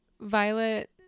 Violet